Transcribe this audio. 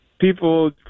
people